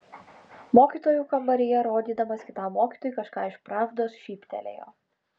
mokytojų kambaryje rodydamas kitam mokytojui kažką iš pravdos šyptelėjo